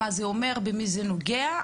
מה זה אומר ובמי זה נוגע,